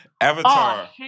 Avatar